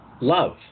Love